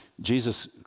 Jesus